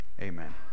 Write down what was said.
Amen